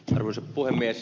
arvoisa puhemies